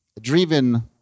driven